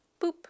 boop